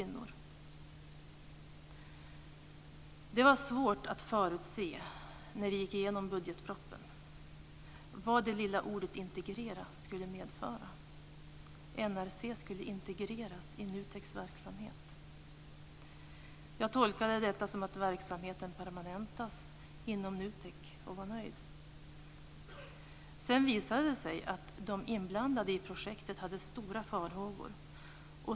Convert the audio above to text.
När vi gick igenom budgetpropositionen var det svårt att förutse vad det lilla ordet integrera skulle medföra. NRC skulle integreras i NUTEK:s verksamhet. Jag tolkade detta som att verksamheten permanentades inom NUTEK, och jag var nöjd. Sedan visade det sig att de inblandade i projektet hade stora farhågor.